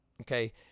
Okay